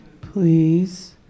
Please